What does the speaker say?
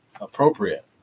appropriate